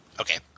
okay